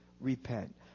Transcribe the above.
repent